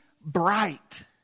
bright